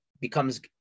Becomes